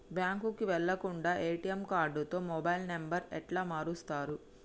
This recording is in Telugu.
బ్యాంకుకి వెళ్లకుండా ఎ.టి.ఎమ్ కార్డుతో మొబైల్ నంబర్ ఎట్ల మారుస్తరు?